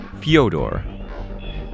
Fyodor